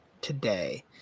today